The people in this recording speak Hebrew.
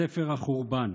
בספר החורבן: